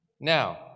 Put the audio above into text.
Now